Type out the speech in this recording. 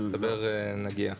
למצטבר נגיע.